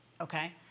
Okay